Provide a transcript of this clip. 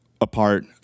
apart